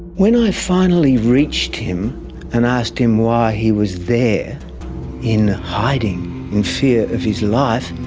when i finally reached him and asked him why he was there in hiding in fear of his life,